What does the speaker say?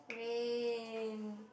rain